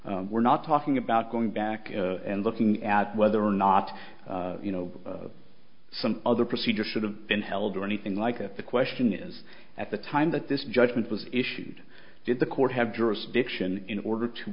here we're not talking about going back and looking at whether or not you know some other procedure should have been held or anything like that the question is at the time that this judgment was issued did the court have jurisdiction in order to